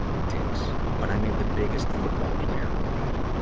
dicks! but i made the biggest football player cry.